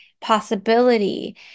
possibility